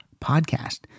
podcast